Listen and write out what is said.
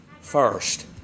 first